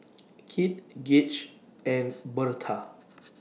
Kit Gauge and Birtha